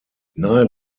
nahe